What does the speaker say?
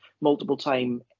multiple-time